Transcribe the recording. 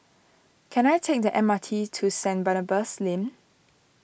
can I take the M R T to Saint Barnabas Lane